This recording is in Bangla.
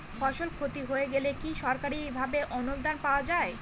ফসল ক্ষতি হয়ে গেলে কি সরকারি ভাবে অনুদান পাওয়া য়ায়?